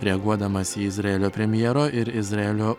reaguodamas į izraelio premjero ir izraelio